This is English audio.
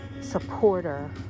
supporter